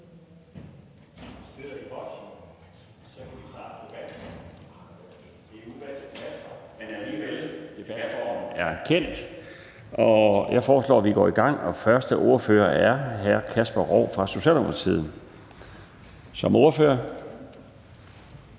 jeg foreslår, at vi går i gang. Den første ordfører er hr. Kasper Roug fra Socialdemokratiet. Værsgo.